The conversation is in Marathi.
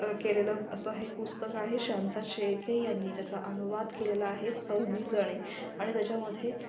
केलेलं असं हे पुस्तक आहे शांता शेळके यांनी त्याचा अनुवाद केलेला आहे चौघीजणी आणि त्याच्यामध्ये